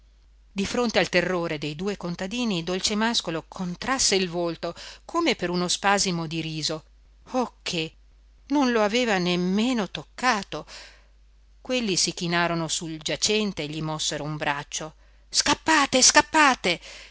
di fronte al terrore de due contadini dolcemàscolo contrasse il volto come per uno spasimo di riso o che non lo aveva nemmeno toccato quelli si chinarono sul giacente gli mossero un braccio scappate scappate